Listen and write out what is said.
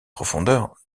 profondeur